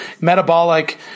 metabolic